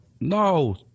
no